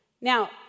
Now